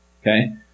Okay